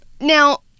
now